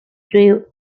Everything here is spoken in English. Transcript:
grew